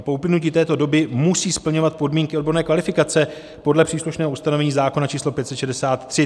Po uplynutí této doby musí splňovat podmínky odborné kvalifikace podle příslušného ustanovení zákona č. 563.